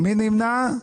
מי נמנע?